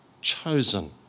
chosen